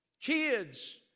Kids